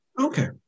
Okay